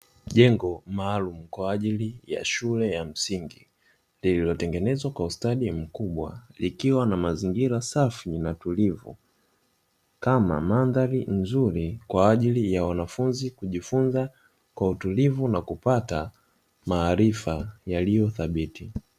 Jengo maalumu kwa ajili ya shule ya msingi lililotengenezwa kwa ustadi mkubwa likiwa na mazingira safi na tulivu kama mandhari nzuri, kwa ajili ya wanafunzi kujifunza kwa utulivu na kupata maarifa yaliyo thabiti.